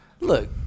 look